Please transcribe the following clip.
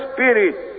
Spirit